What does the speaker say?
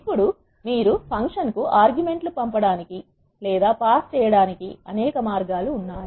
ఇప్పుడు మీరు ఫంక్షన్ కు ఆర్గ్యుమెంట్ లు పంపడానికి లేదా పాస్ చేయడానికి అనేక మార్గాలు ఉన్నాయి